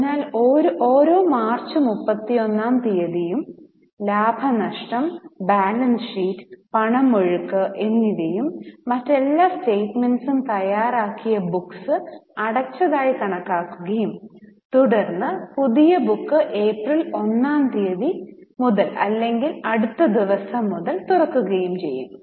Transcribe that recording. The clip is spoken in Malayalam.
അതിനാൽ ഓരോ മാർച്ച് മുപ്പത്തിയൊന്നാം തിയതിയും ലാഭനഷ്ടം ബാലൻസ് ഷീറ്റ് പണമൊഴുക്ക് എന്നിവയും മറ്റെല്ലാ സ്റ്റെമെന്റ്സും തയ്യാറാക്കിയ ബുക്ക്സ് അടച്ചതായി കണക്കാക്കുകയും തുടർന്ന് പുതിയ ബുക്ക് ഏപ്രിൽ ഒന്നാം തീയതി മുതൽ അല്ലെങ്കിൽ അടുത്ത ദിവസം മുതൽ തുറക്കുകയും ചെയ്യും